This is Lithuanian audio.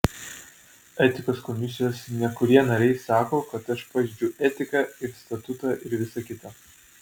etikos komisijos nekurie nariai sako kad aš pažeidžiau etiką ir statutą ir visa kita